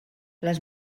les